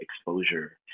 exposure